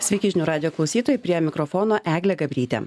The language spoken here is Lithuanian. sveiki žinių radijo klausytojai prie mikrofono eglė gabrytė